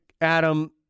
Adam